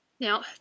Now